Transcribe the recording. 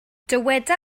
dyweda